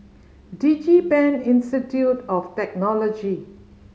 DigiPen Institute of Technology